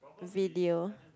video